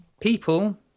people